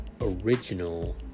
original